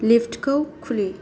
लिफ्टखौ खुलि